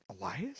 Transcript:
Elias